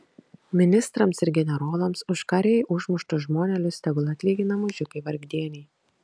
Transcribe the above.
ministrams ir generolams už karėj užmuštus žmonelius tegul atlygina mužikai vargdieniai